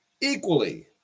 Equally